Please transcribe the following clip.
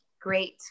great